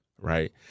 Right